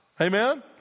Amen